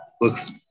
looks